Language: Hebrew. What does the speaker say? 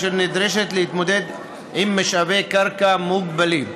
אשר נדרשת להתמודד עם משאבי קרקע מוגבלים.